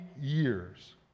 years